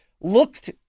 looked